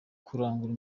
kurangura